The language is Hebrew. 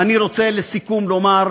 ואני רוצה, לסיכום, לומר